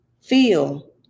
feel